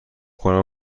کنم